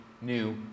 new